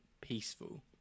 peaceful